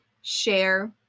share